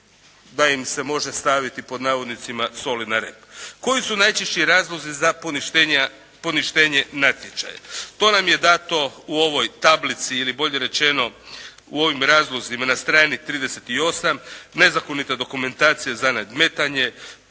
da im se može staviti pod navodnicima “soli na rep“. Koji su najčešći razlozi za poništenje natječaja. To nam je dato u ovoj tablici ili bolje rečeno u ovim razlozima na strani 38. nezakonita dokumentacija za nadmetanje,